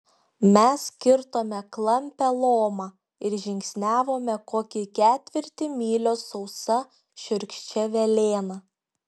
mes kirtome klampią lomą ir žingsniavome kokį ketvirtį mylios sausa šiurkščia velėna